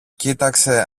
κοίταξε